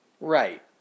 Right